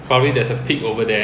then 就